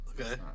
Okay